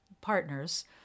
partners